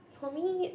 for me